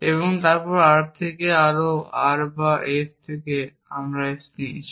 এবং তারপর R থেকে আর R বা S না থেকে আমরা S নিয়েছি